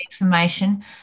information